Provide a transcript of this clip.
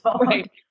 Right